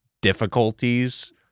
difficulties